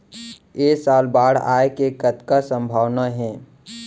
ऐ साल बाढ़ आय के कतका संभावना हे?